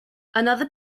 another